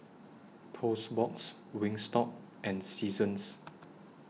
Toast Box Wingstop and Seasons